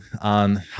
on